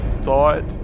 thought